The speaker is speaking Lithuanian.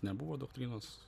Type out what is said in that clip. nebuvo doktrinos